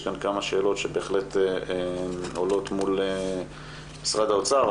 כמה שאלות שבהחלט עולות מול משרד האוצר.